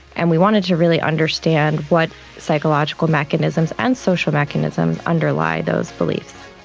and we wanted to really understand what psychological mechanisms and social mechanisms underlie those beliefs.